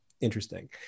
interesting